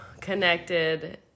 connected